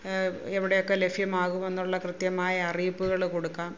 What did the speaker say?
എവിടെയൊക്കെ ലഭ്യമാകുമെന്നുള്ള കൃത്യമായ അറിയിപ്പുകള് കൊടുക്കാം